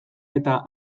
eta